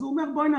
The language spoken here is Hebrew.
אז הוא אומר בואנה,